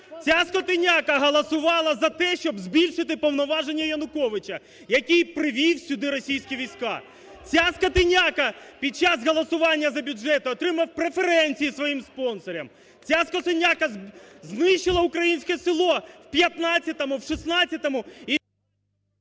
Ця скотиняка голосувала за те, щоб збільшити повноваження Януковича, який привів сюди російські війська. Ця скотиняка під час голосування за бюджет отримував преференції своїм спонсорам. Ця скотиняка знищила українське село в 15-му, в 16-му